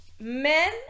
men